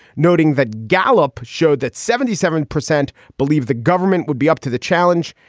noting that gallup showed that seventy seven percent believe the government would be up to the challenge.